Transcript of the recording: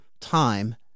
time